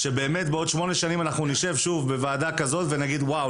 שבאמת בעוד שמונה שנים אנחנו נשב שוב בוועדה כזאת ונגיד: וואו,